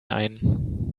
ein